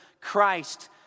Christ